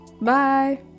Bye